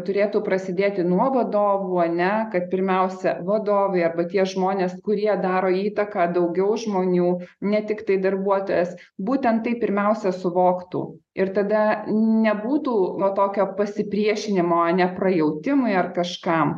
turėtų prasidėti nuo vadovų ar ne kad pirmiausia vadovai arba tie žmonės kurie daro įtaką daugiau žmonių ne tiktai darbuotojas būtent tai pirmiausia suvoktų ir tada nebūtų to tokio pasipriešinimo ar ne prajautimui ar kažkam